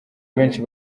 benshi